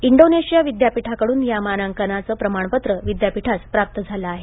Indonesia विद्यापीठाकडून या मानांकनाचे प्रमाणपत्र विद्यापीठास प्राप्त झाले आहे